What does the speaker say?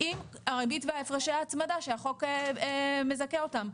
עם ריבית והפרשי הצמדה שהחוק מזכה אותם,